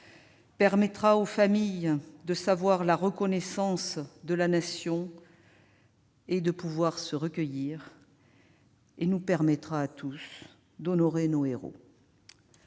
et aux familles de savoir la reconnaissance de la Nation et de se recueillir ; il nous permettra à tous d'honorer nos héros.